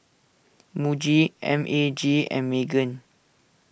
Muji M A G and Megan